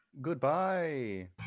goodbye